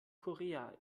korea